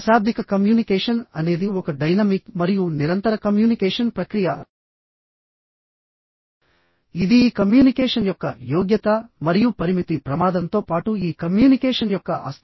అశాబ్దిక కమ్యూనికేషన్ అనేది ఒక డైనమిక్ మరియు నిరంతర కమ్యూనికేషన్ ప్రక్రియ ఇది ఈ కమ్యూనికేషన్ యొక్క యోగ్యత మరియు పరిమితి ప్రమాదంతో పాటు ఈ కమ్యూనికేషన్ యొక్క ఆస్తి